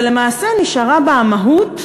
ולמעשה נשארה בה המהות,